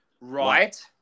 Right